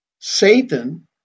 Satan